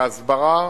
בהסברה,